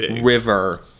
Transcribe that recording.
river